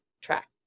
track